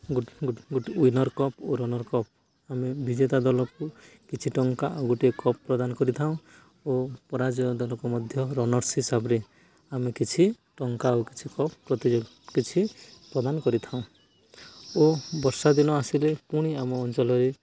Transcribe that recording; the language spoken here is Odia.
ଗୋଟେ ରନର୍ କପ୍ ଓ ରନର୍ କପ୍ ଆମେ ବିଜେତା ଦଳକୁ କିଛି ଟଙ୍କା ଓ ଗୋଟେ କପ୍ ପ୍ରଦାନ କରିଥାଉ ଓ ପରାଜିତ ଦଳକୁ ମଧ୍ୟ ରନର୍ସ୍ ହିସାବରେ ଆମେ କିଛି ଟଙ୍କା ଓ କିଛି କପ୍ କିଛି ପ୍ରଦାନ କରିଥାଉ ଓ ବର୍ଷା ଦିନ ଆସିଲେ ପୁଣି ଆମ ଅଞ୍ଚଳରେ